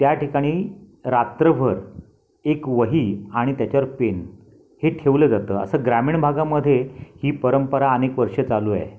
त्या ठिकाणी रात्रभर एक वही आणि त्याच्यावर पेन हे ठेवलं जातं असं ग्रामीण भागामध्ये ही परंपरा अनेक वर्ष चालू आहे